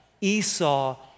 Esau